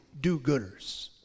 do-gooders